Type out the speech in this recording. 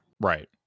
Right